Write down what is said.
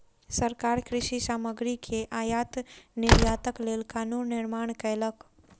सरकार कृषि सामग्री के आयात निर्यातक लेल कानून निर्माण कयलक